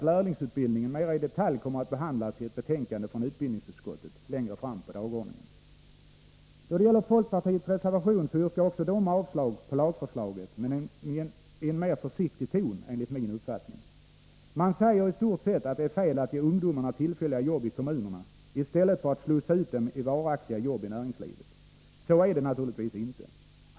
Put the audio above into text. Lärlingsutbildningen kommer mera i detalj att behandlas i ett betänkande från utbildningsutskottet längre fram på dagordningen. Även i folkpartiets reservation yrkar man avslag på lagförslaget men i en mer försiktig ton enligt min uppfattning. Man säger i stort sett att det är fel att ge ungdomarna tillfälliga jobb i kommunerna i stället för att slussa ut dem i varaktiga jobb i näringslivet. Så är det självfallet inte.